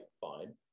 fine